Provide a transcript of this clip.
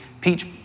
Peach